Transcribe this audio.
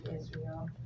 Israel